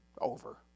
Over